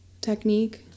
technique